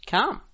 Come